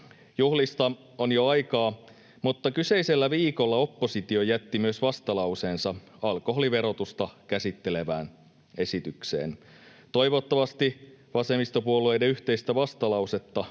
Juhlista on jo aikaa, mutta kyseisellä viikolla oppositio jätti myös vastalauseensa alkoholiverotusta käsittelevään esitykseen. Toivottavasti vasemmistopuolueiden yhteistä vastalausetta